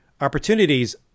opportunities